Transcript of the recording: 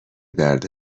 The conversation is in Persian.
درد